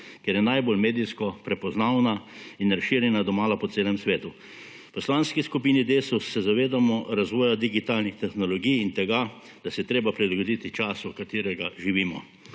ker je najbolj medijsko prepoznavna in razširjena domala po celem svetu. V Poslanski skupini Desus se zavedamo razvoja digitalnih tehnologij in tega, da se je treba prilagoditi času katerega živimo.